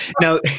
Now